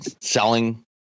selling